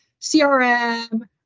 CRM